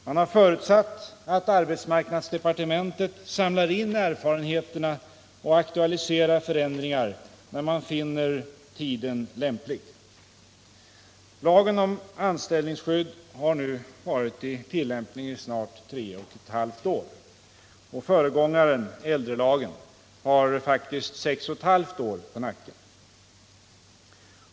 Det har förutsatts att arbetsmarknadsdepartementet samlar in erfarenheterna och aktualiserar förändringar när man finner tiden lämplig. Lagen om anställningsskydd har nu varit i tillämpning i snart tre och ett halvt år och föregångaren, äldrelagen, har faktiskt sex och ett halvt år på nacken.